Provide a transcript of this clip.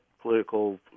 political